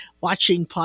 watching